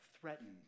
threatened